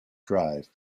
drive